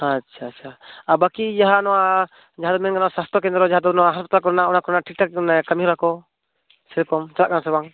ᱟᱪᱪᱷᱟ ᱪᱷᱟ ᱟᱨ ᱵᱟᱹᱠᱤ ᱡᱟᱦᱟᱸ ᱱᱚᱣᱟ ᱡᱟᱦᱟᱸ ᱫᱚ ᱢᱮᱱ ᱜᱟᱱᱚᱜᱼᱟ ᱥᱟᱱᱛᱚ ᱠᱮᱱᱫᱨᱚ ᱡᱟᱦᱟᱸ ᱫᱚ ᱱᱚᱣᱟ ᱦᱟᱥᱯᱟᱛᱟᱞ ᱠᱚᱨᱮᱱᱟᱜ ᱚᱱᱟ ᱠᱚᱨᱮᱱᱟᱜ ᱴᱷᱤᱠ ᱴᱷᱟᱠ ᱠᱟᱹᱢᱤ ᱦᱚᱨᱟ ᱠᱚ ᱥᱮ ᱨᱚᱠᱚᱢ ᱪᱟᱞᱟᱜ ᱠᱟᱱᱟ ᱥᱮ ᱵᱟᱝ